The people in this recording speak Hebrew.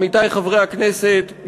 עמיתי חברי הכנסת,